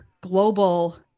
global